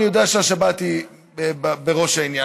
אני יודע שהשבת בראש העניין,